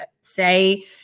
Say